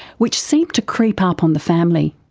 which seemed to creep up on the family.